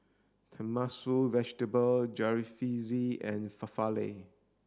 Tenmusu Vegetable Jalfrezi and Falafel